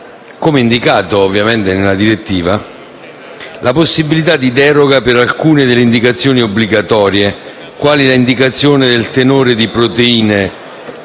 come indicato ovviamente nella direttiva, la possibilità di deroga per alcune delle indicazioni obbligatorie, quali le indicazioni del tenore di proteine